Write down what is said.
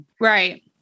right